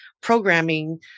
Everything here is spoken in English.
programming